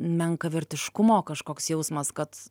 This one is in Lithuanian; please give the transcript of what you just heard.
menkavertiškumo kažkoks jausmas kad